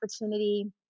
opportunity